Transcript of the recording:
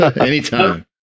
Anytime